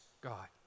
God